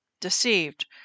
deceived